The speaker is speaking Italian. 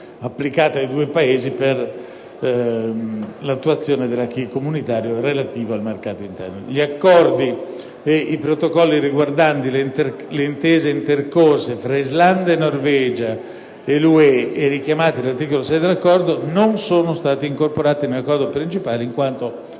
applicate ai due Paesi per l'attuazione dell'*acquis* comunitario relativo al mercato interno. Gli Accordi e i Protocolli riguardanti le intese intercorse fra Islanda e Norvegia e l'UE e richiamati nell'articolo 6 dell'Accordo non sono stati incorporati nell'Accordo principale in quanto